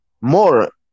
more